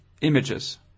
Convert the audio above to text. images